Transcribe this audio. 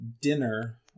dinner